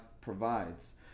provides